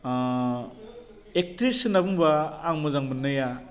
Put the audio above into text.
actress होन्ना बुंबा आं मोजां मोन्नाया